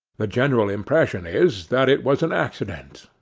the general impression is, that it was an accident.